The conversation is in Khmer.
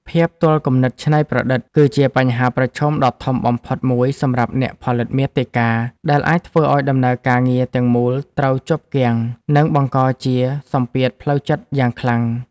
ភាពទាល់គំនិតច្នៃប្រឌិត គឺជាបញ្ហាប្រឈមដ៏ធំបំផុតមួយសម្រាប់អ្នកផលិតមាតិកា ដែលអាចធ្វើឱ្យដំណើរការងារទាំងមូលត្រូវជាប់គាំង និងបង្កជាសម្ពាធផ្លូវចិត្តយ៉ាងខ្លាំង។